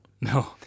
No